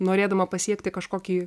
norėdama pasiekti kažkokį